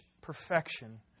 perfection